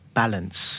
balance